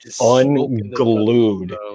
unglued